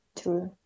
true